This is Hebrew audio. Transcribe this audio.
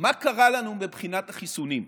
מה קרה לנו מבחינת החיסונים.